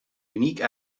unique